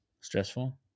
Stressful